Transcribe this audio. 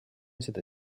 seda